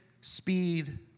speed